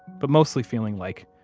but mostly feeling like,